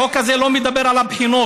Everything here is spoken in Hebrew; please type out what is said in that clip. החוק הזה לא מדבר על הבחינות,